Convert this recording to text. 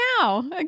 now